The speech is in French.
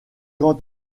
quant